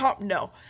No